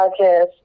podcast